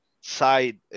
side